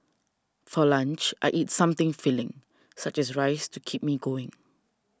for lunch I eat something filling such as rice to keep me going